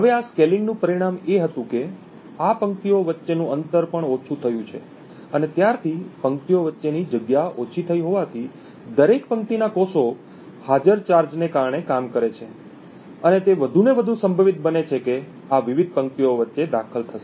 હવે આ સ્કેલિંગનું પરિણામ એ હતું કે આ પંક્તિઓ વચ્ચેનું અંતર પણ ઓછું થયું છે અને ત્યારથી પંક્તિઓ વચ્ચેની જગ્યા ઓછી થઈ હોવાથી દરેક પંક્તિના કોષો હાજર ચાર્જને કારણે કામ કરે છે અને તે વધુને વધુ સંભવિત બને છે કે આ વિવિધ પંક્તિઓ વચ્ચે દખલ થશે